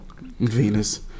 Venus